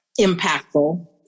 impactful